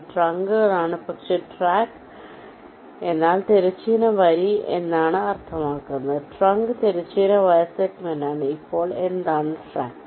ഇത് ട്രങ്കുകൾ ആണ് പക്ഷേ ട്രാക്ക് എന്നാൽ തിരശ്ചീന വരി എന്നാണ് അർത്ഥമാക്കുന്നത് ട്രങ്ക് തിരശ്ചീന വയർ സെഗ്മെന്റാണ് അപ്പോൾ എന്താണ് ട്രാക്ക്